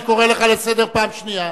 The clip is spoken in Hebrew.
אני קורא אותך לסדר פעם שנייה.